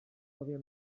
cofia